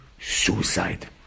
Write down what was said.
suicide